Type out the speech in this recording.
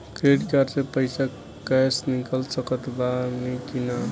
Credit card से पईसा cash निकाल सकत बानी की ना?